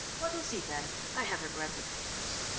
what is he then? i haven't read the papers.